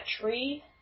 tree